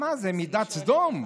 מה זה, מידת סדום?